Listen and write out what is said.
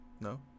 No